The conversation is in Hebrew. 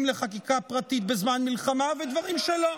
לחקיקה פרטית בזמן מלחמה ודברים שלא.